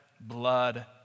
blood